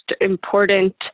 important